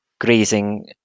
grazing